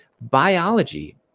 biology